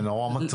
זה נורא מטריד.